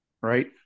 right